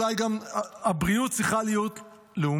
אולי גם הבריאות צריכה להיות לאומית,